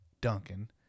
Duncan